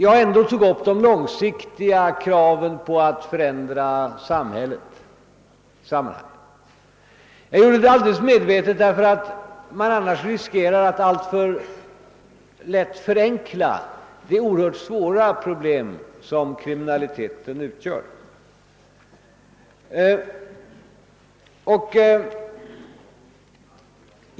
Jag tog ändå upp de långsiktiga kraven på att förändra samhället, och det gjorde jag alldeles medvetet, eftersom man annars lätt riskerar att alltför mycket förenkla det oerhört svåra problem som kriminaliteten utgör.